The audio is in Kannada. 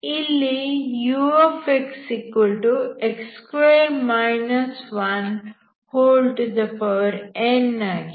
ಇಲ್ಲಿ uxnಆಗಿದೆ